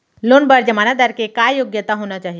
Loan बर जमानतदार के का योग्यता होना चाही?